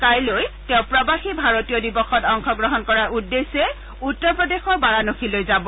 কাইলৈ তেওঁ প্ৰবাসী ভাৰতীয় দিৱসত অংশগ্ৰহণ কৰাৰ উদ্দেশ্যে উত্তৰ প্ৰদেশৰ বাৰানসীলৈ যাব